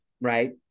right